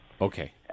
Okay